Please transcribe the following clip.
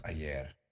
ayer